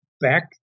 back